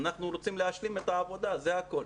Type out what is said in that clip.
אנחנו רוצים להשלים את העבודה, זה הכול.